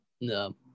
no